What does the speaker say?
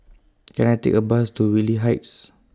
Can I Take A Bus to Whitley Heights